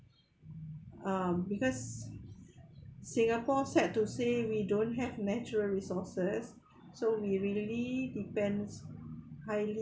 um because singapore sad to say we don't have natural resources so we really depends highly